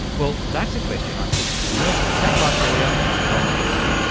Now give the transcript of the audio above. well, that's a question i put to commercial satellite lawyer donna lawler.